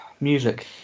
music